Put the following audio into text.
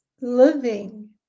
living